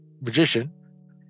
magician